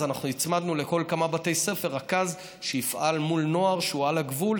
אז הצמדנו לכל כמה בתי ספר רכז שיפעל מול נוער שהוא על הגבול,